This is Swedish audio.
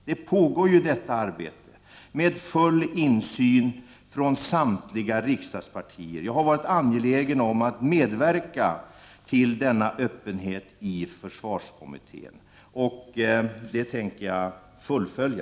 Det arbetet pågår under full insyn från samtliga riksdagspartier. Jag har varit angelägen om att medverka till denna öppenhet i försvarskommitténs arbete, och den ambitionen tänker jag fullfölja.